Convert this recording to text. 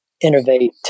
innovate